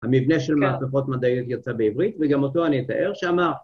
‫המבנה של מהפכות מדעיות יצא בעברית, ‫וגם אותו אני אתאר, שאמר...